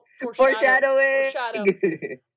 foreshadowing